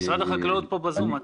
משרד החקלאות ב-זום.